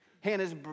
Hannah's